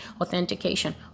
authentication